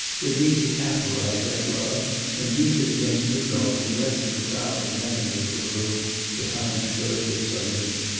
would need to capitalize that love and use it against rudolph and the rest of the crowd that met in the little room behind shroeder's saloon.